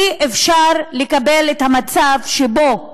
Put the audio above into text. אי-אפשר לקבל את המצב שבו,